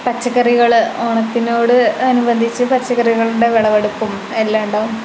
പച്ചക്കറികൾ ഓണത്തിനോട് അനുബന്ധിച്ചു പച്ചക്കറികളുടെ വിളവെടുപ്പും എല്ലാം ഉണ്ടാവും